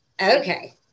Okay